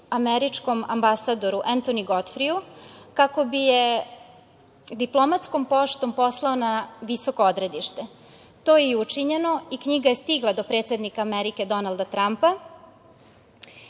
američkom ambasadoru Entoni Gotfriju, kako bi je diplomatskom poštom poslao na visoko odredište. To je i učinjeno i knjiga je stigla do predsednika Amerike Donalda Trampa